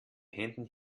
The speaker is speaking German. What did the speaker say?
händen